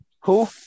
Cool